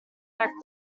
protect